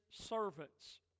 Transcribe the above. servants